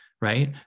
right